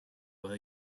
while